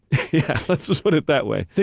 yeah, let's just put it that way.